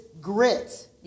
grit